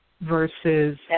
versus